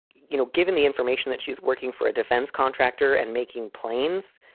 you know, given the information that she's working for a defense contractor and making planes,